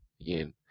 again